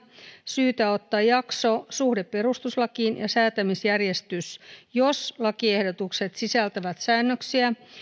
syytä ottaa jakso suhde perustuslakiin ja säätämisjärjestys jos lakiehdotukset sisältävät säännöksiä